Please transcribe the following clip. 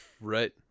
Right